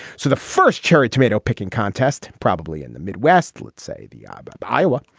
so the first cherry tomato picking contest probably in the midwest let's say the ibe, iowa,